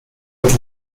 with